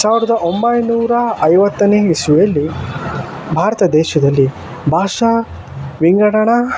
ಸಾವಿರದ ಒಂಬೈನೂರ ಐವತ್ತನೇ ಇಸ್ವಿಯಲ್ಲಿ ಭಾರತ ದೇಶದಲ್ಲಿ ಭಾಷಾ ವಿಂಗಡಣ